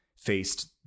faced